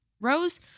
Rose